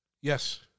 Yes